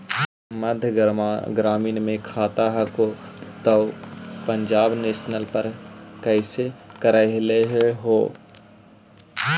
मध्य ग्रामीण मे खाता हको तौ पंजाब नेशनल पर कैसे करैलहो हे?